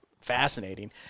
fascinating